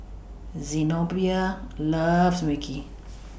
Zenobia loves Mui Kee